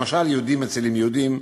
למשל: יהודים מצילים יהודים,